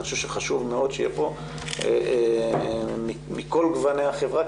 חשוב מאוד שיהיה פה מכל גווני החברה,